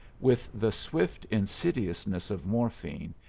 with the swift insidiousness of morphine,